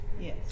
Yes